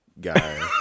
Guy